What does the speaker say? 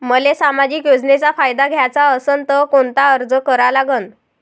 मले सामाजिक योजनेचा फायदा घ्याचा असन त कोनता अर्ज करा लागन?